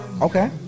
Okay